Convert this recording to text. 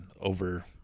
over